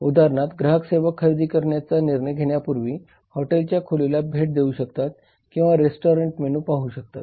उदाहरणार्थ ग्राहक सेवा खरेदी करण्याचा निर्णय घेण्यापूर्वी हॉटेलच्या खोलीला भेट देऊ शकतात किंवा रेस्टॉरंट मेनू पाहू शकतात